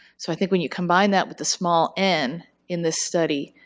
so i think when you combine that with the small n in this study,